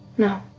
now